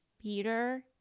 Peter